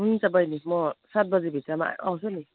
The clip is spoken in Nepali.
हुन्छ बैनी म सात बजीभित्रमा आउँछु नि